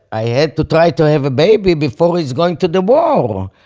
i had to try to have a baby before he's going to the war.